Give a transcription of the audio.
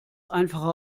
einfache